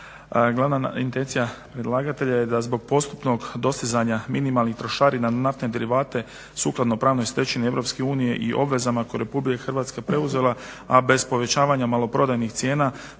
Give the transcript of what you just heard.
Glavna intencija predlagatelja je da zbog postupnog dostizanja minimalnih trošarina na naftne derivate sukladno pravnoj stečevini EU i obvezama koje je RH preuzela, a bez povećanja maloprodajnih cijena